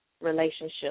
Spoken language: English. relationship